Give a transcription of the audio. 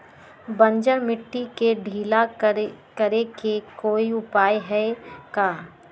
बंजर मिट्टी के ढीला करेके कोई उपाय है का?